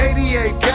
88